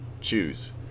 choose